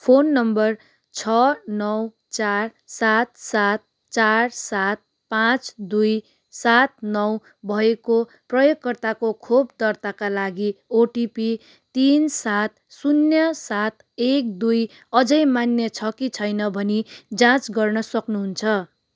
phone number छ नौ चार सात सात चार सात पाँच दुई सात नौ भएको प्रयोगकर्ताको खोप दर्ताका लागि ओटिपी तिन सात शून्य सात एक दुई अझै मान्य छ कि छैन भनी जाँच गर्न सक्नु हुन्छ